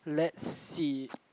let's see